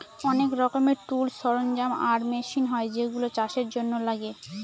অনেক রকমের টুলস, সরঞ্জাম আর মেশিন হয় যেগুলা চাষের জন্য লাগে